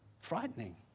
frightening